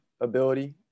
ability